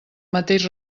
mateix